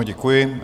Děkuji.